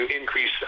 increase